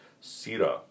Sira